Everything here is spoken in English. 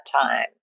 time